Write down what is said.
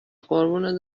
قربون